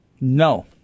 No